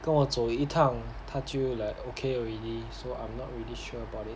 跟我走一趟他就 like okay already so I'm not really sure about it